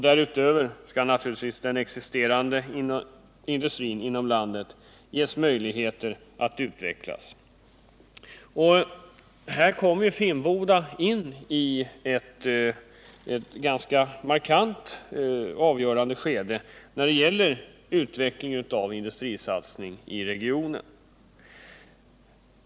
Därutöver skall naturligtvis den existerande industrin inom landet ges möjligheter att utvecklas. Här kommer Finnboda varv in i ett ganska markant avgörande skede när det gäller utvecklingen av industrisatsning i regionen.